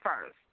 first